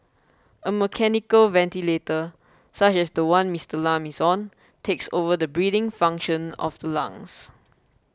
a mechanical ventilator such as the one Mister Lam is on takes over the breathing function of the lungs